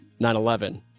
9-11